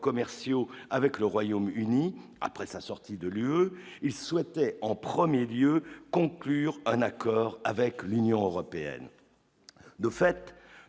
commerciaux avec le Royaume Uni, après sa sortie de l'UE, ils souhaitaient en 1er lieu conclure un accord avec l'Union européenne, de fait,